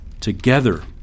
together